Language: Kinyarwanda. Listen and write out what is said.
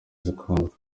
zikunzwe